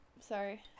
Sorry